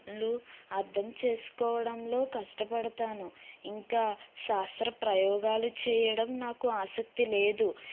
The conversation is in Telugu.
భావాలు అర్ధం చేసుకోవడంలో కష్టపడతాను ఇంక శాస్త్ర ప్రయోగాలు చేయడం నాకు ఆసక్తి లేదు